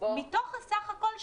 מתוך הסך הכול,